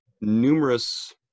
numerous